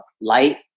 light